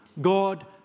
God